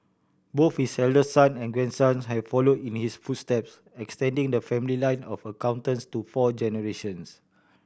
both his eldest son and grandson have followed in his footsteps extending the family line of accountants to four generations